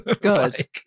good